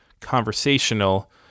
conversational